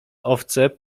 owce